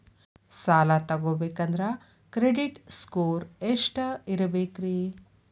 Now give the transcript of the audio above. ಸಾಲ ತಗೋಬೇಕಂದ್ರ credit score ಎಷ್ಟ ಇರಬೇಕ್ರಿ?